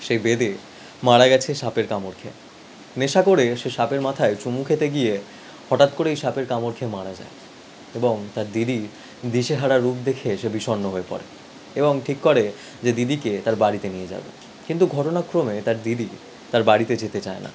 সে বেদে মারা গেছে সাপের কামড় খেয়ে নেশা করে সে সাপের মাথায় চুমু খেতে গিয়ে হঠাৎ করেই সাপের কামড় খেয়ে মারা যায় এবং তার দিদির দিশেহারা রূপ দেখে সে বিষণ্ণ হয়ে পড়ে এবং ঠিক করে যে দিদিকে তার বাড়িতে নিয়ে যাবে কিন্তু ঘটনাক্রমে তার দিদি তার বাড়িতে যেতে চায় না